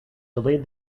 delayed